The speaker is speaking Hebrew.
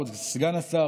כבוד סגן השר,